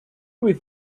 with